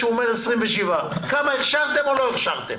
הוא אומר שיש 27. הכשרתם או לא הכשרתם?